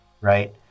right